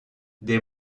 des